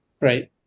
Right